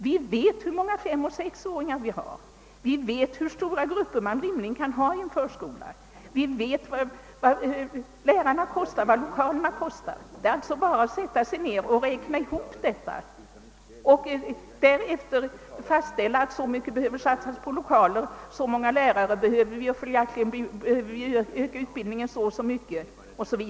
Vi vet hur många femoch sexåringar som finns, vi känner till hur stora grupper man rimligtvis kan ha i en förskola, och vi vet också vad lärarna och lokalerna kostar. Det är alltså bara att sätta sig ned och räkna ihop och därefter fastställa, att så och så mycket behöver satsas på lokaler och så och så många lärare är nödvändiga, varför utbildningen måste utökas i den och den utsträckningen o. s. v.